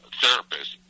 therapist